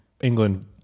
England